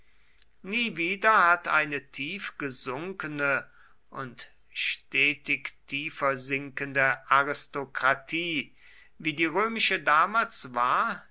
nie wieder hat eine tief gesunkene und stetig tiefer sinkende aristokratie wie die römische damals war